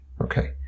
Okay